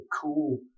cool